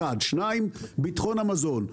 דבר שני, ביטחון המזון.